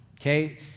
okay